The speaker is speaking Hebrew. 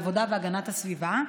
העבודה והגנת הסביבה,